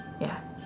ya